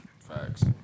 Facts